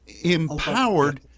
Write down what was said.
empowered